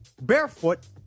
barefoot